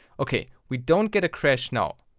ok we don't get a crash now.